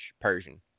Persian